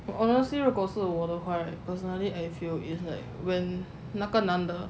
honestly 如果是我的话 personally I feel is like when 那个男的